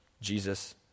Jesus